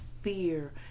fear